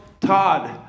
Todd